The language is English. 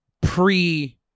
Pre